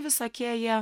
visokie jie